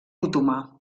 otomà